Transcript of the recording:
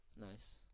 Nice